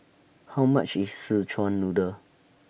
How much IS Szechuan Noodle